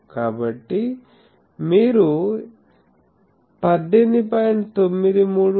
కాబట్టి మీరు 18